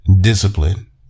discipline